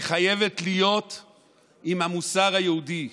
היא חייבת להיות עם המוסר היהודי,